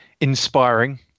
inspiring